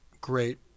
great